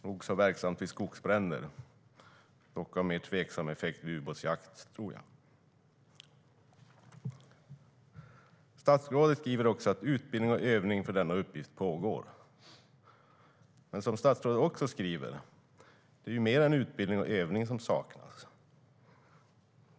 Det är verksamt vid skogsbränder, dock har de mer tveksam effekt vid ubåtsjakt, tror jag. Statsrådet skriver att det pågår utbildning och övning för denna uppgift. Han skriver också att det är mer än utbildning och övning som saknas.